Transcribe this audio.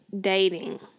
dating